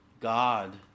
God